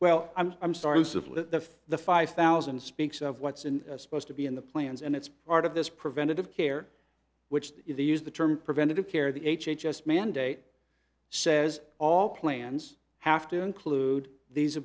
well i'm sorry civil the the five thousand speaks of what's in supposed to be in the plans and it's part of this preventative care which if you use the term preventative care the h h s mandate says all plans have to include these a